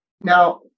Now